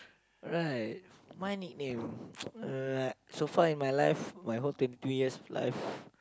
alright my nickname uh so far in my life my whole twenty two years life